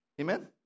Amen